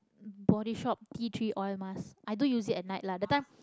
Bodyshop tea tree oil mask I do use it at night lah the time